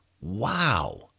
Wow